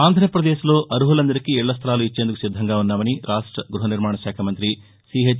ఆంధ్రాపదేశ్ లో అర్హలందరికి ఇళ్ల స్టలాలిచ్చేందుకు సిద్దంగా ఉన్నామని రాష్ట గృహనిర్మాణ శాఖ మంతి సి హెచ్